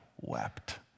wept